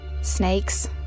Snakes